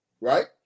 right